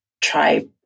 try